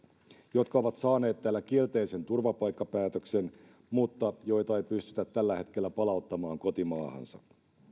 jotka ovat saaneet täällä kielteisen turvapaikkapäätöksen mutta joita ei pystytä tällä hetkellä palauttamaan kotimaahansa